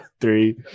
three